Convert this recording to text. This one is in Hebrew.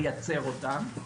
אלא לייצר אותם.